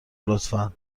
لطفا